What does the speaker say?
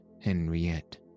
Henriette